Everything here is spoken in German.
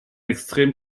extrem